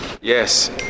Yes